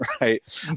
right